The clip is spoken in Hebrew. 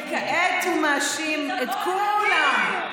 וכעת הוא מאשים את כולם.